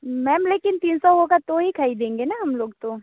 ma'am लेकिन तीन सौ होगा तो ही खरीदेंगे न हम लोग तो